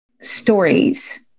stories